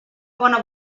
bona